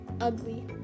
ugly